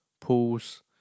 pools